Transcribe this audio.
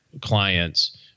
clients